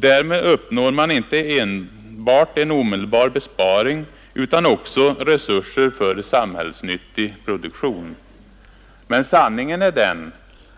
Därmed uppnås inte enbart en omedelbar besparing, utan också resurser för samhällsnyttig produktion. Men sanningen är den,